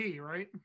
right